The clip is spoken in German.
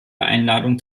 einladungen